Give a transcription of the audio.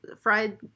fried